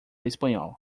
espanhol